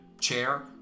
chair